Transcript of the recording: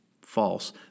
false